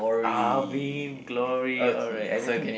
ah Vainglory alright I I think